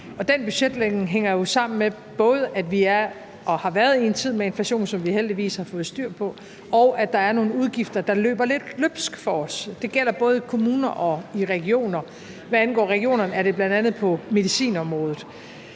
den budgetlægning hænger jo både sammen med, at vi er og har været i en tid med inflation, som vi heldigvis har fået styr på, og at der er nogle udgifter, der løber lidt løbsk for os. Det gælder både i kommuner og i regioner. Hvad angår regionerne, er det bl.a. på medicinområdet,